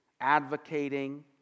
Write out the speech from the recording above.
advocating